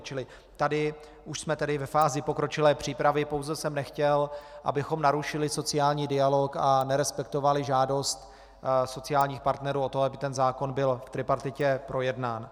Čili tady už jsme ve fázi pokročilé přípravy, pouze jsem nechtěl, abychom narušili sociální dialog a nerespektovali žádost sociálních partnerů o to, aby ten zákon byl v tripartitě projednán.